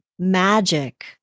Magic